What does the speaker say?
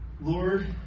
Lord